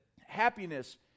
happiness